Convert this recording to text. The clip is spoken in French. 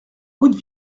haute